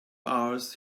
hours